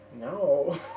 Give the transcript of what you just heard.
no